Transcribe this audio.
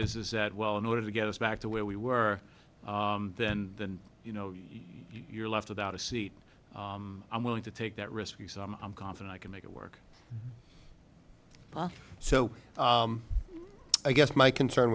is that well in order to get us back to where we were then then you know you're left without a seat i'm willing to take that risk you saw i'm confident i can make it work so i guess my concern